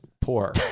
poor